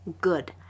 Good